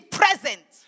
present